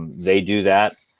they do that.